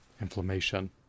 inflammation